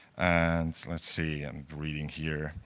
and let's see. i'm reading here.